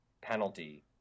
penalty